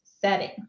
setting